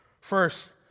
First